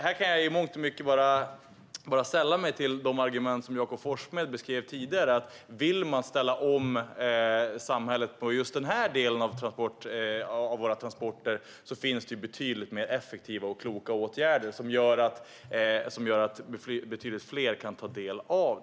Här kan jag i mångt och mycket sälla mig till Jakob Forssmeds argument tidigare, att om man vill ställa om samhället från just den här delen av våra transporter finns det betydligt mer effektiva och kloka åtgärder som betydligt fler kan ta del av.